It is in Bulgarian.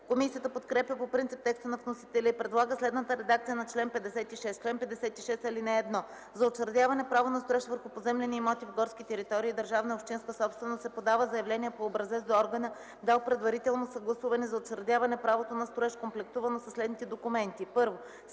Комисията подкрепя по принцип текста на вносителя и предлага следната редакция на чл. 56: „Чл. 56. (1) За учредяване право на строеж върху поземлени имоти в горски територии – държавна и общинска собственост, се подава заявление по образец до органа, дал предварително съгласуване за учредяване правото на строеж, комплектувано със следните документи: